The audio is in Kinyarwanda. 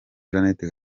jeannette